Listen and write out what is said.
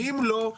ואם לא,